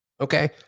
Okay